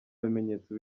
bimenyetso